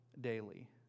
Daily